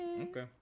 Okay